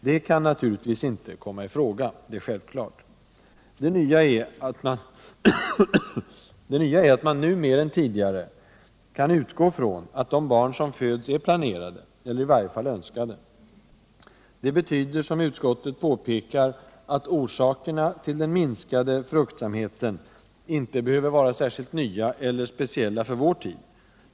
Det kan naturligtvis inte komma i fråga. Det är självklart. Det nya är att man nu mer än tidigare kan utgå från att de barn som föds är planerade eller i varje fall önskade. Det betyder, som utskottet påpekar, att orsakerna till den minskade fruktsamheten inte behöver vara särskilt nya eller speciella för vår tid.